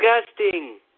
Disgusting